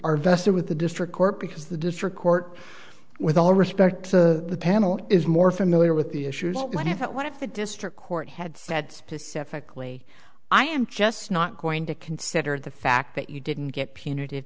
are vested with the district court because the district court with all respect to the panel is more familiar with the issues but what if what if the district court had said specifically i am just not going to consider the fact that you didn't get p